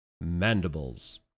Mandibles